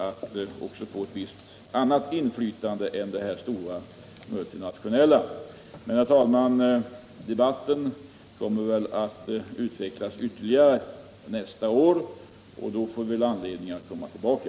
Men, herr talman, debatten kommer att utvecklas ytterligare nästa år — då får vi anledning att komma tillbaka.